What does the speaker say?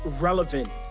relevant